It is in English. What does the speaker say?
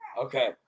Okay